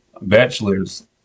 bachelors